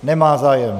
Nemá zájem.